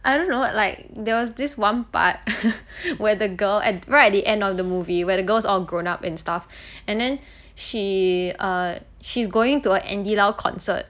I don't know like there was this one part where the girl at right at the end of the movie where the girl's all grown up and stuff and then she uh she's going to a andy lau concert